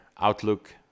outlook